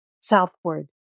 southward